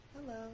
Hello